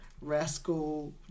rascal